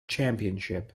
championship